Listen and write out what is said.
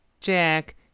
Jack